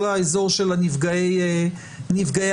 כל האזור של נפגעי עבירה,